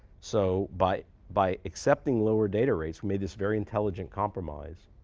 so by by accepting lower data rates, we made this very intelligent compromise